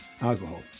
alcohol